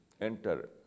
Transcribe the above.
enter